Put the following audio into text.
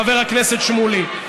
חבר הכנסת שמולי.